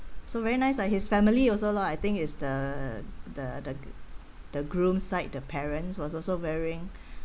so very nice ah his family also lah I think is the the the gr~ the groom's side the parents was also wearing